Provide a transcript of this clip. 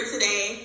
today